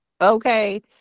okay